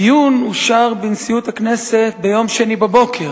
הדיון אושר בנשיאות הכנסת ביום שני בבוקר,